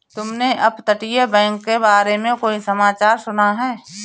तुमने अपतटीय बैंक के बारे में कोई समाचार सुना है?